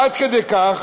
עד כדי כך